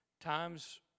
Times